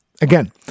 Again